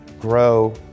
grow